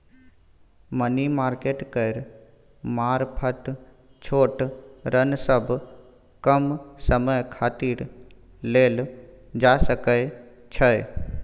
money market केर मारफत छोट ऋण सब कम समय खातिर लेल जा सकइ छै